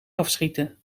afschieten